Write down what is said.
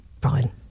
Brian